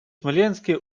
смоленске